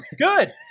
good